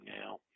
now